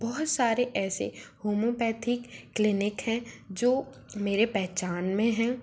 बहुत सारे ऐसे होमोपेथिक क्लीनिक हैं जो मेरे पहचान में हैं